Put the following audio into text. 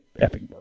Epic